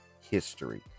history